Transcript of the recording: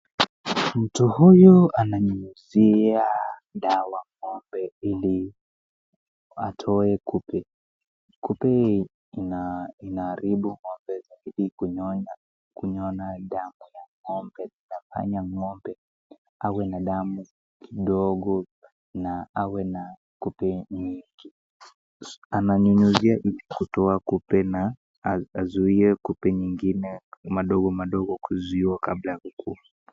Mtu huyu ananyunyuzia dawa ng'ombe ili atoe kupe, kupe inaharibu ng'ombe zaidi kunyonya damu ya ng'ombe inafanya ng'ombe awe na damu kidogo na awe na kupe nyingi, ananyunyuzia kutoa kupe na azuie kupe nyingine madogo madogo kuzuiwa kabla ya kukua.